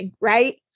right